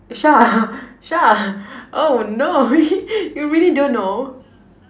Shah Shah oh no you really don't know